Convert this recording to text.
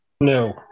No